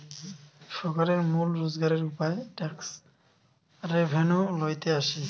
সরকারের মূল রোজগারের উপায় ট্যাক্স রেভেন্যু লইতে আসে